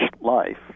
life